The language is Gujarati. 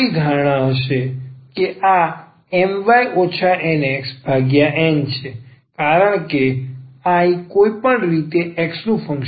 તેથી અમારી આગામી ધારણા હશે કે આ My NxNછે કારણ કે I કોઈપણ રીતે x નું ફંક્શન છું